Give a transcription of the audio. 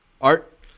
Art